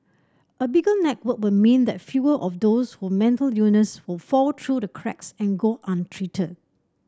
a bigger network will mean that fewer of those with mental illness would fall through the cracks and go untreated